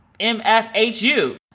M-F-H-U